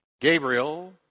Gabriel